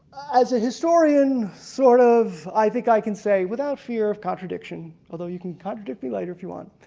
as a historian, sort of i think i can say, without fear of contradiction although you can contradict me later if you want.